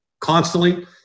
constantly